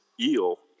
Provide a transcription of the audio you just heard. eel